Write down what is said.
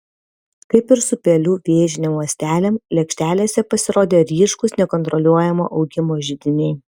kaip ir su pelių vėžinėm ląstelėm lėkštelėse pasirodė ryškūs nekontroliuojamo augimo židiniai